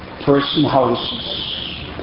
person-houses